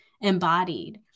embodied